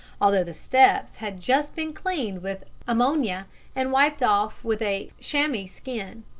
although the steps had just been cleaned with ammonia and wiped off with a chamois-skin.